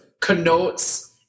connotes